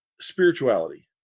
spirituality